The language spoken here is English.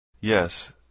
Yes